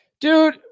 Dude